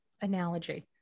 analogy